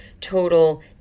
total